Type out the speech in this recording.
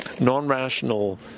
Non-rational